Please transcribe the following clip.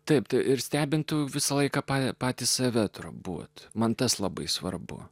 taip ir stebintų visą laiką patys save trambuoti mantas labai svarbu